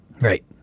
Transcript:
Right